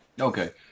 okay